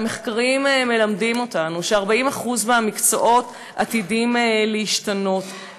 המחקרים מלמדים אותנו ש-41% מהמקצועות עתידים להשתנות,